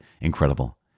incredible